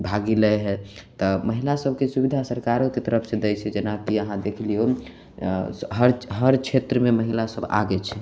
भागी लै हय तब महिला सबके सुबिधा सरकारोके तरफ से दै छै जेनाकि अहाँ देखि लियौ हर जे छेत्रमे महिला सब आगे छै